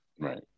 right